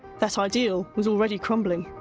that ideal was already crumbling.